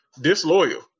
Disloyal